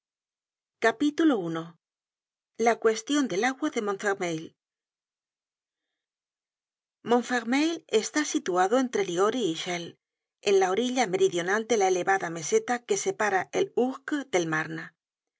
at i la cuestion del agua de montfermeil montfermeil está situado entre liory y chelles en la orilla meridional de la elevada meseta que separa el ourque del marne